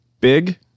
Big